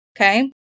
Okay